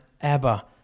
Abba